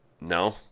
No